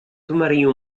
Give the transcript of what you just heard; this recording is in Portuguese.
tomaria